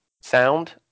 sound